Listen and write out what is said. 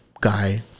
guy